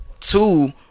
two